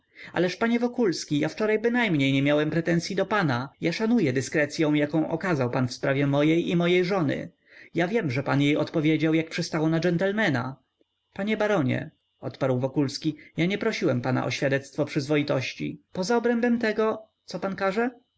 dymisyą ależ panie wokulski ja wczoraj bynajmniej nie miałem pretensyi do pana ja szanuję dyskrecyą jaką okazał pan w sprawie mojej i mojej żony ja wiem że pan jej odpowiedział jak przystało na dżentlemena panie baronie odparł wokulski ja nie prosiłem pana o świadectwo przyzwoitości poza obrębem tego co pan każe